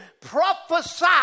prophesy